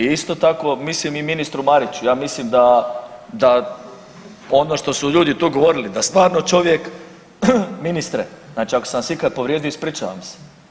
I isto tako mislim i ministru Mariću, ja mislim da, da ono što su ljudi tu govorili da stvarno čovjek, ministre znači ako sam vas ikad povrijedio ispričavam se.